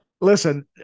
listen